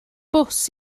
bws